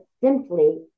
simply